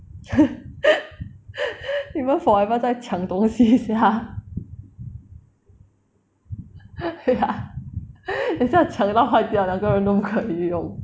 你们 forever 在抢东西 sia ya 等一下抢到坏掉两个人都不可以用